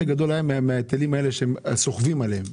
הגדול היה מההיטלים האלה שסוחבים עליהם.